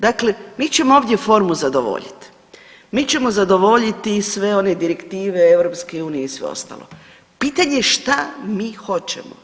Dakle, mi ćemo ovdje formu zadovoljiti, mi ćemo zadovoljiti sve one direktive EU i sve ostalo, pitanje je šta mi hoćemo.